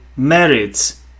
merits